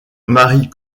marie